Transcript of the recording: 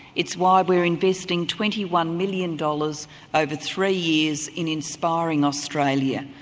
it's why we're investing twenty one million dollars over three years in inspiring australia,